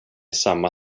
samma